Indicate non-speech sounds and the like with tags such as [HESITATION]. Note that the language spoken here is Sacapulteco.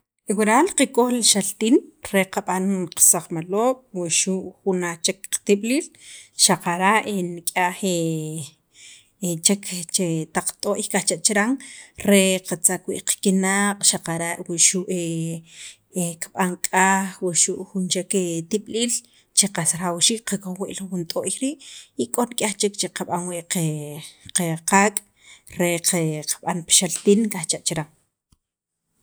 waral qakoj li xaltin re qab'an qasaqmaloob' wuxu' naj chek qatib'iliil, xaqara' [HESITATION] nik'yaj [HESITATION] chek taq t'o'y kajcha' chiran re qatzaq wii' qkinaq' xaqara' wuxu' [HESITATION] kib'an k'aj, wuxu' jun chek tib'iliil che qas rajawxiik qakoj wii' jun t'o'y rii', y k'o nik'ay chek che qab'an wii' qaak' re qe qab'an pi xaltin qajcha' chiran.